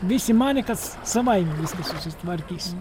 visi manė kad savaime viskas susitvarkys